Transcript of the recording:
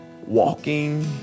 Walking